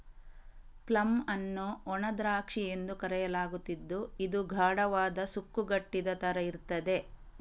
plum ಅನ್ನು ಒಣ ದ್ರಾಕ್ಷಿ ಎಂದು ಕರೆಯಲಾಗುತ್ತಿದ್ದು ಇದು ಗಾಢವಾದ, ಸುಕ್ಕುಗಟ್ಟಿದ ತರ ಇರ್ತದೆ